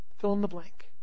fill-in-the-blank